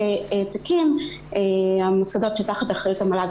ההעתקים צריכים לעבור מהמוסדות שתחת אחריות המל"ג,